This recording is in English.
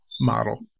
model